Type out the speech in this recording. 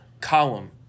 column